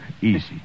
Easy